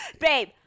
Babe